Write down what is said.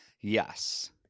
Yes